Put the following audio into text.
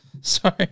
sorry